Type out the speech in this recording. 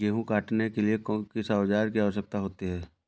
गेहूँ काटने के लिए किस औजार की आवश्यकता होती है?